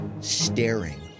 staring